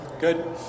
Good